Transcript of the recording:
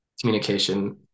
communication